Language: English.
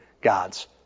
God's